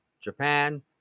Japan